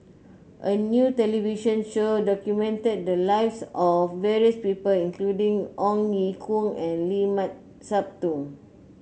a new television show documented the lives of various people including Ong Ye Kung and Limat Sabtu